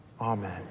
Amen